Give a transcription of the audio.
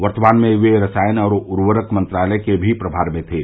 वर्तमान में वे रसायन और उर्वरक मंत्रालय के भी प्रमार में थे